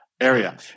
area